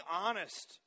honest